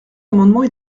amendements